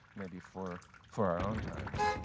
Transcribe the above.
maybe for for our own times.